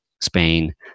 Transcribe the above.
spain